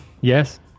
Yes